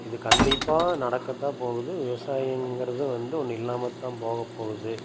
இது கண்டிப்பாக நடக்கத்தான் போகுது விவசாயங்கிறது வந்து ஒன்று இல்லாமத்தான் போகப்போகுது